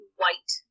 white